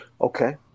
Okay